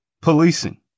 policing